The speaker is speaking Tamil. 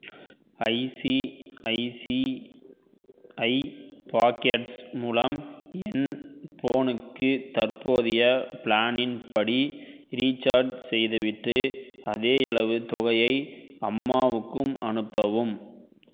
ஐசிஐசிஐ பாக்கெட்ஸ் மூலம் என் ஃபோனுக்கு தற்போதைய பிளானின் படி ரீசார்ஜ் செய்துவிட்டு அதேயளவு தொகையை அம்மாவுக்கும் அனுப்பவும்